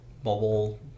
bubble